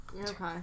Okay